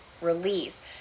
release